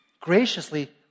graciously